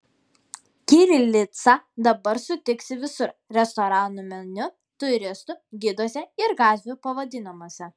kirilicą dabar sutiksi visur restoranų meniu turistų giduose ir gatvių pavadinimuose